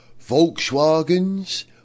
Volkswagens